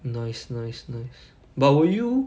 nice nice nice but will you